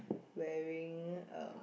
wearing a